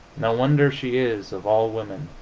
no wonder she is, of all women,